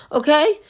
okay